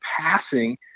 passing